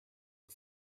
the